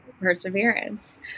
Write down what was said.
perseverance